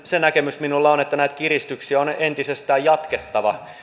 se näkemys minulla on että näitä kiristyksiä on entisestään jatkettava